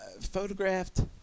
Photographed